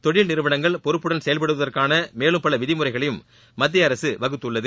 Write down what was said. தொழில் நிறுவனங்கள் பொறுப்புடன் செயல்படுவதற்கான மேலும் பல விதிமுறைகளையும் மத்திய அரசு வகுத்துள்ளது